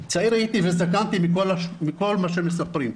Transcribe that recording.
צעיר הייתי וזקנתי מכל מה שמספרים,